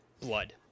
blood